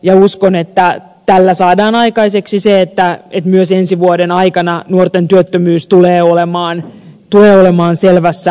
ja uskon että tällä saadaan aikaiseksi se että myös ensi vuoden aikana nuorten työttömyys tulee olemaan selvässä laskussa